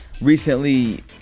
recently